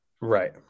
right